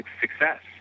success